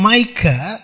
Micah